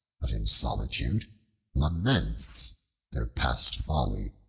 but in solitude laments their past folly.